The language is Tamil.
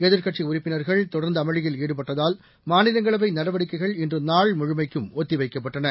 எதிர்க்கட்சி உறுப்பினர்கள் தொடர்ந்து அமளியில் ஈடுபட்டதால் மாநிலங்களவை நடவடிக்கைகள் இன்று நாள் முழுமைக்கும் ஒத்திவைக்கப்பட்டன